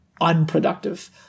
unproductive